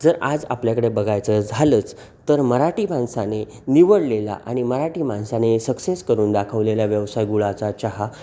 जर आज आपल्याकडे बघायचं झालंच तर मराठी माणसाने निवडलेला आणि मराठी माणसाने सक्सेस करून दाखवलेला व्यवसाय गुळाचा चहा